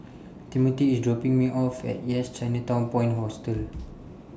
Timothy IS dropping Me off At Yes Chinatown Point Hostel